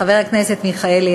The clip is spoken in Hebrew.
חבר הכנסת מיכאלי,